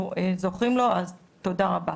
ואנחנו זוכים לה, אז תודה רבה.